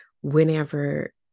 whenever